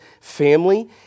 family